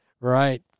right